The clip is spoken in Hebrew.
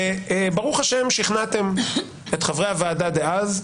וברוך ה' שכנעתם את חברי הוועדה דאז,